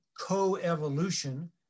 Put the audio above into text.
co-evolution